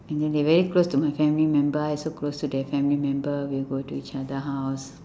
and then they very close to my family member I also close to their family member we will go to each other house